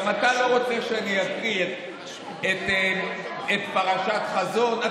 גם אתה לא רוצה שאני אקריא את פרשת חזון,